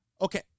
Okay